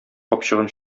капчыгын